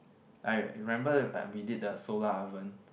I remember uh we did the solar oven